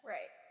Right